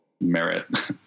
merit